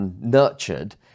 nurtured